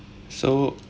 so